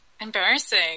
embarrassing